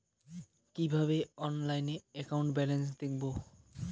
কিভাবে অনলাইনে account balance দেখবো?